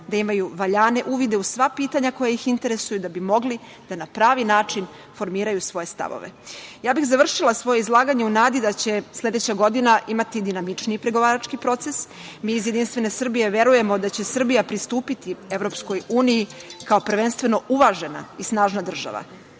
da imaju valjane uvide u sva pitanja koja ih interesuju da bi mogli da na pravi način formiraju svoje stavove. Ja bih završila svoje izlaganje u nadi da će sledeća godina imati dinamičniji pregovarački proces. Mi iz JS verujemo da će Srbija pristupiti EU kao prvenstveno uvažena i snažna država.